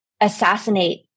assassinate